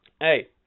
Hey